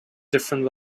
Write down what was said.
different